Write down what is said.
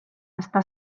està